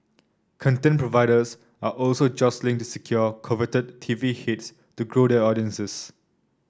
content providers are also jostling to secure coveted T V hits to grow their audiences